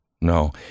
no